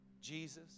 Jesus